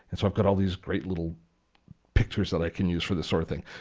and so i've got all these great little pictures that i can use for this sort of thing.